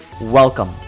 Welcome